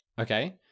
Okay